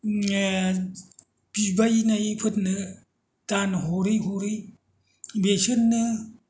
बिबायनायफोरनो दान हरै हरै बेसोरनो